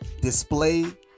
display